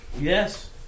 Yes